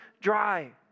dry